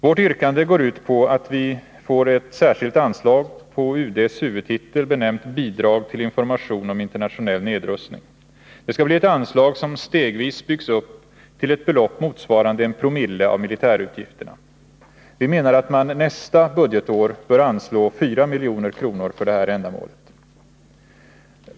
Vårt yrkande går ut på att vi får ett särskilt anslag på UD:s huvudtitel benämnt Bidrag till information om internationell nedrustning. Det skall bli ett anslag som stegvis byggs upp till ett belopp motsvarande 1 promille av militärutgifterna. Vi menar att man nästa budgetår bör anslå 4 milj.kr. för det här ändamålet.